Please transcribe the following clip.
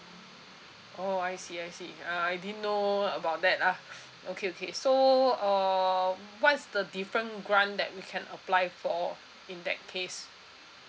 oh I see I see uh I didn't know about that lah okay okay so uh what's the different grant that we can apply for in that case